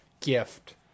gift